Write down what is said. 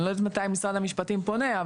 אני לא יודעת מתי משרד המשפטים פונה,